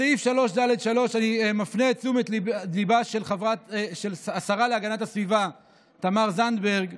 בסעיף 3(ד)(3) אני מפנה את תשומת ליבה של השרה להגנת הסביבה תמר זנדברג: